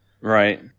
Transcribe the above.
right